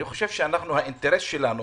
אני חושב שהאינטרס שלנו,